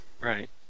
Right